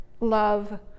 love